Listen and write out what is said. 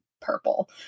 purple